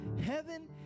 Heaven